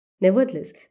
Nevertheless